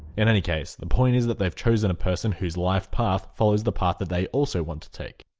in any case, the point is that they have chosen a person whose life path follows the path that they also want to take.